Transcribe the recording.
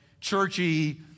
churchy